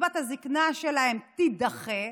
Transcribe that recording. קצבת הזקנה שלהן תידחה,